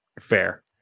Fair